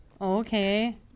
Okay